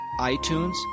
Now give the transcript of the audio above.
iTunes